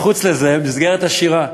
חוץ מזה, במסגרת השירה,